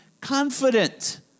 confident